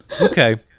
okay